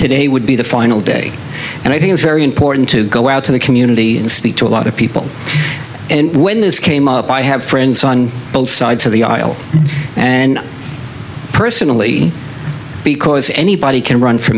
today would be the final day and i think it's very important to go out to the community and speak to a lot of people and when this came up i have friends on both sides of the aisle and personally because anybody can run for